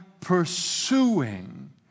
pursuing